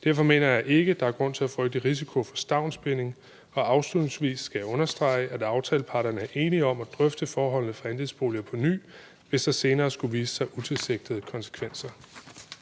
Derfor mener jeg ikke, der er grund til at frygte risiko for stavnsbinding, og afslutningsvis skal jeg understrege, at aftaleparterne er enige om at drøfte forholdene for andelsboligerne på ny, hvis der senere skulle vise sig utilsigtede konsekvenser.